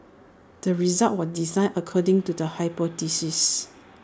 the research was designed according to the hypothesis